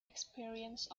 experience